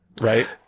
Right